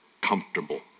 comfortable